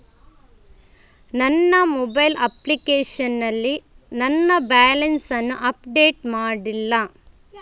ನನ್ನ mobile application ನಲ್ಲಿ ನನ್ನ ಬ್ಯಾಲೆನ್ಸ್ ಅನ್ನು ಅಪ್ಡೇಟ್ ಮಾಡ್ಲಿಲ್ಲ